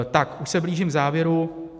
Tak, už se blížím k závěru.